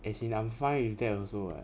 as in I'm fine with that also [what]